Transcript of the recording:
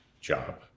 job